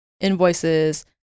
invoices